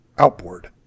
Outboard